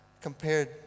compared